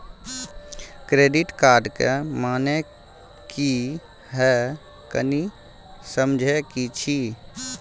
Credit card के माने की हैं, कनी समझे कि छि?